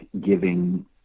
giving